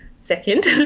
second